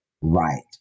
right